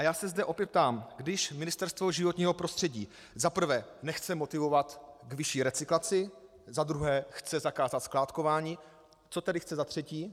Já se zde opět ptám: Když Ministerstvo životního prostředí za prvé nechce motivovat ve vyšší recyklaci, za druhé chce zakázat skládkování, co tedy chce za třetí?